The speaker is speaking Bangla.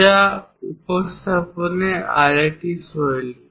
যা উপস্থাপনের আরেকটি শৈলী